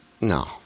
no